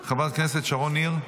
חברת הכנסת שרון ניר,